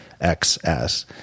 XS